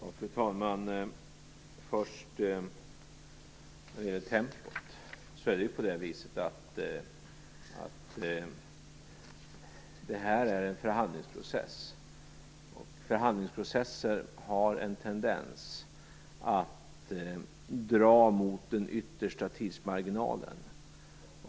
Fru talman! Vad gäller tempot är det ju så att det här är en förhandlingsprocess, och förhandlingsprocesser har en tendens att dra mot den yttersta tidsmarginalen.